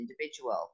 individual